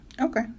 Okay